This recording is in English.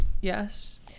yes